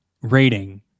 rating